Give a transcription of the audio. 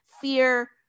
fear